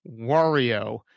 Wario